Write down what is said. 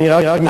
אני רק מסיים.